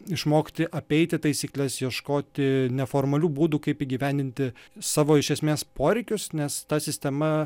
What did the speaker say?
išmokti apeiti taisykles ieškoti neformalių būdų kaip įgyvendinti savo iš esmės poreikius nes ta sistema